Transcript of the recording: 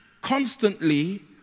constantly